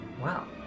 Wow